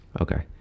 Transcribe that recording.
okay